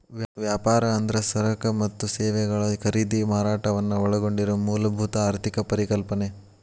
ವ್ಯಾಪಾರ ಅಂದ್ರ ಸರಕ ಮತ್ತ ಸೇವೆಗಳ ಖರೇದಿ ಮಾರಾಟವನ್ನ ಒಳಗೊಂಡಿರೊ ಮೂಲಭೂತ ಆರ್ಥಿಕ ಪರಿಕಲ್ಪನೆ